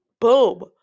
boom